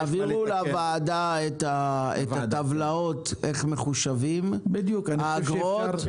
תעבירו לוועדה את הטבלאות שמסבירות איך מחושבות האגרות.